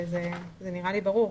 זה נראה לי ברור.